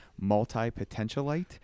multi-potentialite